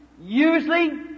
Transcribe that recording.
usually